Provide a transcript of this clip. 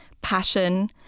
passion